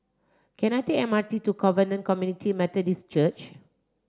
can I take the M R T to Covenant Community Methodist Church